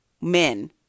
men